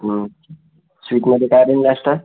स्वीटमध्ये काय दे नाश्ता